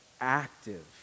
active